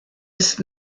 ist